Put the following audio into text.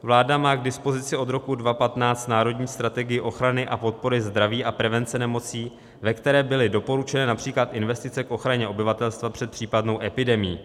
Vláda má k dispozici od roku 2015 Národní strategii ochrany a podpory zdraví a prevence nemocí, ve které byly doporučené například investice k ochraně obyvatelstva před případnou epidemií.